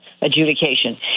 adjudication